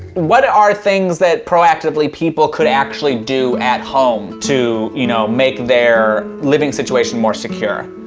what are things that proactively people could actually do, at home to, you know, make their living situation more secure?